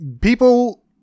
people